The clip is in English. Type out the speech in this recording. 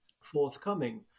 forthcoming